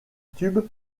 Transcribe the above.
tube